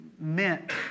meant